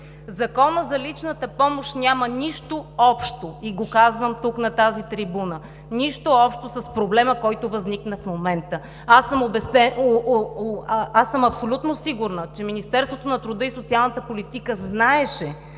Законът за личната помощ няма нищо общо, и го казвам тук, от тази трибуна, с проблема, който възникна в момента! Абсолютно сигурна съм, че Министерството на труда и социалната политика знаеше,